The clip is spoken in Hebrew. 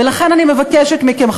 ולכן אני מבקשת מכם,